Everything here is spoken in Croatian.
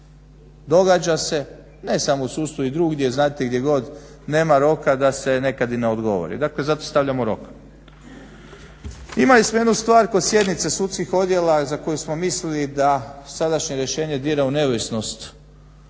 Događa se ne samo sudstvu i drugdje, znate gdje god nema roka da se nekad i ne odgovori, dakle zato stavljamo rok. Imali smo jednu stvar kod sjednice sudskih odjela za koju smo mislili da sadašnje rješenje dira u neovisnost